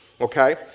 Okay